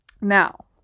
now